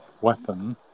weapon